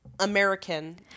American